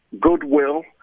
goodwill